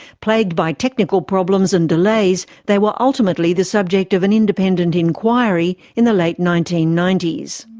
plagued by technical problems and delays, they were ultimately the subject of an independent inquiry in the late nineteen ninety s.